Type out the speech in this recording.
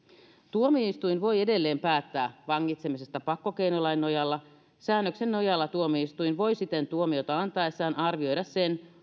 tuomioistuin voi edelleen päättää vangitsemisesta pakkokeinolain nojalla säännöksen nojalla tuomioistuin voi siten tuomiota antaessaan arvioida sen